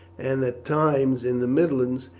and at times in the midlands,